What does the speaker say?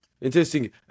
Interesting